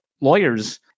lawyers